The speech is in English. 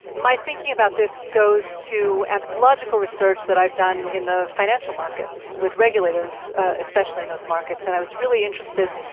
my thinking about this goes to anthropological research that i've done in the financial markets, with regulators especially in those markets. and i was really interested,